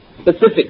specific